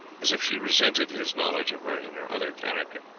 as if she resented his knowledge of her in her other character.